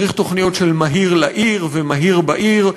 צריך תוכניות של "מהיר לעיר" ו"מהיר בעיר"